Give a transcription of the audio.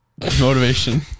Motivation